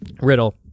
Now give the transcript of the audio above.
Riddle